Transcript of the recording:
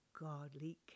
godly